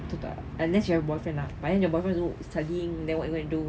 betul tak unless you have boyfriend lah but then your boyfriend also studying then what you gonna do